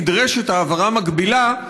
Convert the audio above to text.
נדרשת העברה מקבילה,